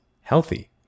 healthy